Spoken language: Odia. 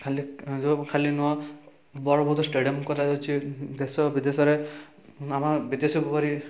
ଖାଲି ଖାଲି ନୁହଁ ବଳଭଦ୍ର ଷ୍ଟାଡ଼ିୟମ୍ କରାଯାଉଛି ଦେଶ ବିଦେଶରେ ଆମ ବିଦେଶ ଘେରି